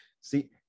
See